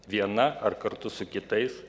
viena ar kartu su kitais